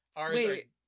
Wait